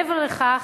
מעבר לכך,